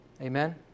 Amen